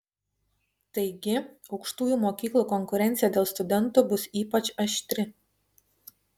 taigi aukštųjų mokyklų konkurencija dėl studentų bus ypač aštri